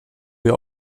wir